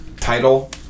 title